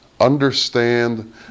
understand